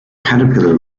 caterpillar